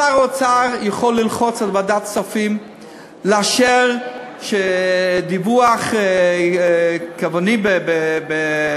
שר האוצר יכול ללחוץ על ועדת הכספים לאשר דיווח מקוון במע"מ,